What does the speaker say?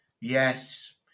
Yes